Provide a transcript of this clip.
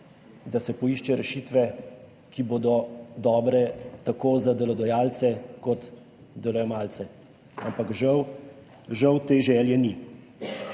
da se poišče rešitve, ki bodo dobre tako za delodajalce kot delojemalce. Ampak, žal, te želje ni.